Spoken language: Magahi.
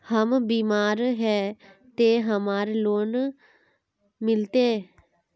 हम बीमार है ते हमरा लोन मिलते?